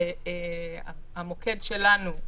והמוקד שלנו,